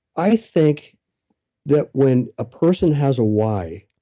i think that when a person has a why,